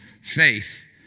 faith